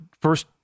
first